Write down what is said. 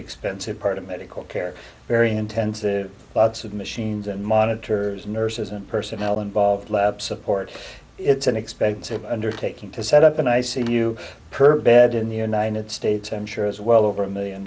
expensive part of medical care very intensive lots of machines and monitors nurses and personnel involved lab support it's an expensive undertaking to set up an i c u per bed in the united states i'm sure as well over a million